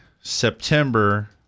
September